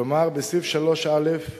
כלומר בסעיף 3א(ב)